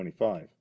25